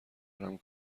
دارم